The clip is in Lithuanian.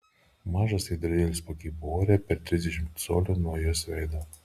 mažas veidrodėlis pakibo ore per trisdešimt colių nuo jos veido